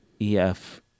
EF